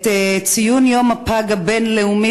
את יום הפג הבין-לאומי,